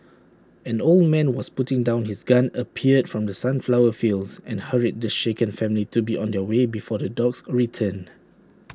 an old man was putting down his gun appeared from the sunflower fields and hurried the shaken family to be on their way before the dogs return